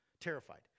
Terrified